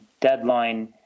deadline